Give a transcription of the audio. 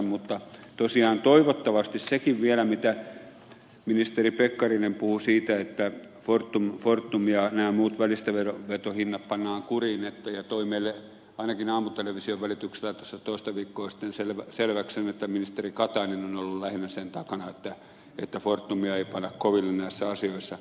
mutta tosiaan toivottavasti sekin vielä mitä ministeri pekkarinen puhui siitä että fortumin ja näiden muiden välistävetohinnat pannaan kuriin toi meille ainakin aamutelevision välityksellä tuossa toista viikkoa sitten selväksi sen että ministeri katainen on ollut lähinnä sen takana että fortumia ei panna koville näissä asioissa